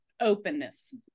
openness